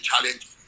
challenge